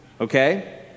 okay